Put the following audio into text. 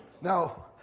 No